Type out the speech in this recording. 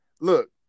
look